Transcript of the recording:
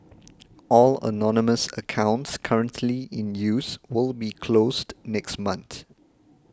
all anonymous accounts currently in use will be closed next month